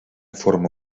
forma